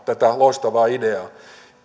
tätä loistavaa ideaa perussuomalaiset nyt